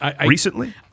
Recently